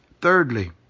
thirdly